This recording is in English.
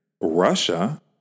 Russia